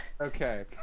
Okay